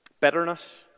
Bitterness